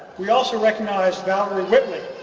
we also recognize valerie whitley,